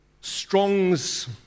Strong's